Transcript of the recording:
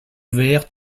verts